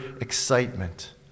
excitement